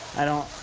i don't.